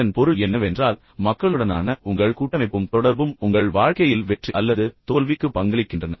இதன் பொருள் என்னவென்றால் மக்களுடனான உங்கள் கூட்டமைப்பும் தொடர்பும் உங்கள் வாழ்க்கையில் வெற்றி அல்லது தோல்விக்கு பங்களிக்கின்றன